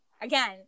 again